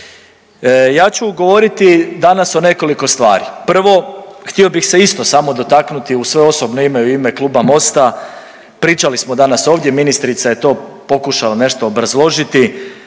Ja ću govoriti danas o nekoliko stvari, prvo htio bih se isto samo dotaknuti u svoje osobno ime i u ime Kluba MOST-a, pričali smo danas ovdje ministrica je to pokušala nešto obrazložiti,